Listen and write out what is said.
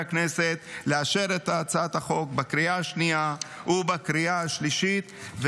הכנסת לאשר את הצעת החוק בקריאה השנייה ובקריאה השלישית.